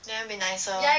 then it will be nicer